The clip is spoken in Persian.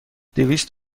دویست